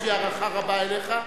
יש לי הערכה רבה אליך,